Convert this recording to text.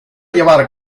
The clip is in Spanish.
llevar